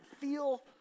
feel